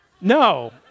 no